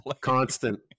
constant